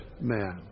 man